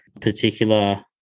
particular